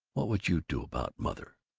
what would you do about mother?